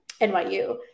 NYU